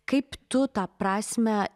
kaip tu tą prasmę